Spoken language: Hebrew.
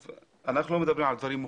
אנחנו לא מדברים על דברים מוחלטים,